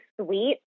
sweet